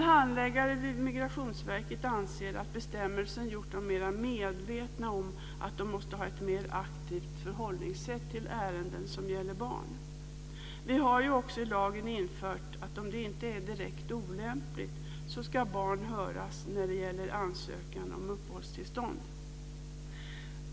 Handläggare vid Migrationsverket anser dock att bestämmelsen gjort dem mera medvetna om att de måste ha ett mer aktivt förhållningssätt till ärenden som gäller barn. Vi har också i lagen infört att om det inte är direkt olämpligt ska barn höras när det gäller ansökan om uppehållstillstånd.